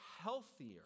healthier